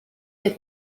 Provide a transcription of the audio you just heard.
que